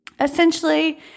Essentially